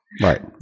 Right